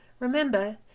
Remember